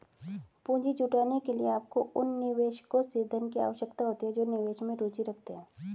पूंजी जुटाने के लिए, आपको उन निवेशकों से धन की आवश्यकता होती है जो निवेश में रुचि रखते हैं